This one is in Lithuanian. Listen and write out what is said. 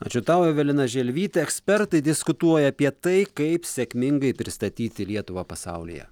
ačiū tau evelina želvytė ekspertai diskutuoja apie tai kaip sėkmingai pristatyti lietuvą pasaulyje